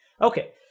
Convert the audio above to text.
Okay